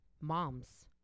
moms